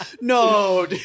No